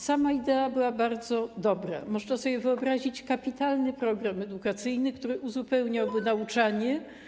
Sama idea była bardzo dobra, można sobie wyobrazić kapitalny program edukacyjny, który uzupełniałby nauczanie.